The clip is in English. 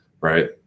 right